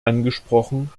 angesprochen